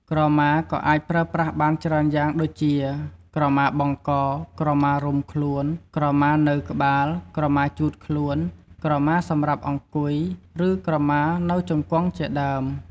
ក្រមាក៏អាចប្រើប្រាស់បានច្រើនយ៉ាងដូចជា ក្រមាបង់ក ក្រមារុំខ្លួន ក្រមានៅក្បាល ក្រមាជូតខ្លួន ក្រមាសម្រាប់អង្គុយ ឬក្រមានៅជង្គង់ជាដើម។